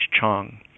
Chong